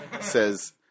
says